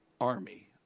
army